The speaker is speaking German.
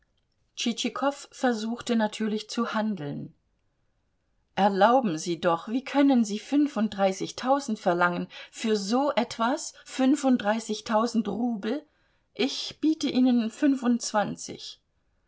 versuchte natürlich zu handeln erlauben sie doch wie können sie fünfunddreißigtausend verlangen für so etwas fünfunddreißigtausend rubel ich biete ihnen fünfundzwanzig